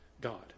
God